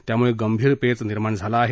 त्यामुळे गंभीर पेच निर्माण झाला आहे